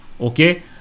Okay